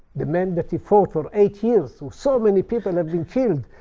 the man that he fought for eight years. so so many people had been killed.